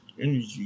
energy